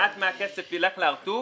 מעט מהכסף ילך ל"הר-טוב",